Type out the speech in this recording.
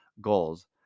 goals